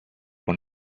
con